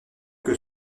que